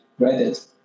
Reddit